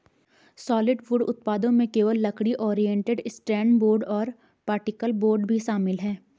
solid wood उत्पादों में केवल लकड़ी, ओरिएंटेड स्ट्रैंड बोर्ड और पार्टिकल बोर्ड भी शामिल है